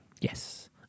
Yes